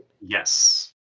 Yes